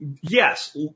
Yes